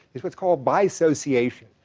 is what's called bisociation.